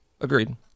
Agreed